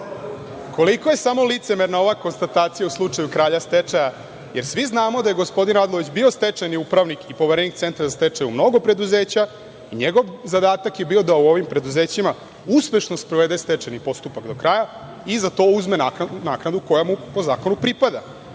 Koliko je samo licemerna ova konstatacija u slučaju kralja stečaja, jer svi znamo da je gospodin Radulović bio stečajni upravnik i poverenik centra za stečaj u mnogo preduzeća i njegov zadatak je bio da u ovim preduzećima uspešno sprovede stečajni postupak do kraja i za to uzme naknadu koja mu po zakonu pripada.Međutim,